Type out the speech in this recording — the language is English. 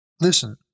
Listen